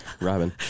Robin